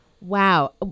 Wow